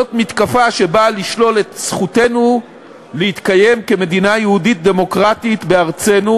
זו מתקפה שבאה לשלול את זכותנו להתקיים כמדינה יהודית דמוקרטית בארצנו.